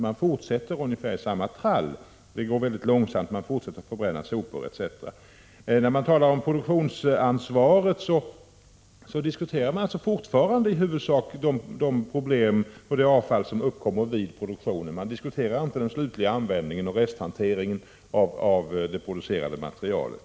Man fortsätter i ungefär samma trall, fortsätter att förbränna sopor etc. Det hela går mycket långsamt framåt. När man talar om produktionsansvaret diskuterar man fortfarande de problem som förorsakas av det avfall som uppkommer i produktionen, inte restanvändningen av det producerade materialet.